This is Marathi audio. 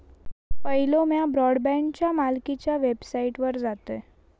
पयलो म्या ब्रॉडबँडच्या मालकीच्या वेबसाइटवर जातयं